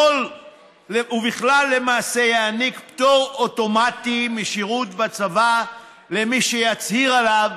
ובכלל למעשה יעניק פטור אוטומטי משירות בצבא למי שיצהיר עליו